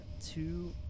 Two